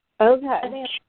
okay